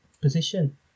position